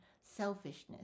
selfishness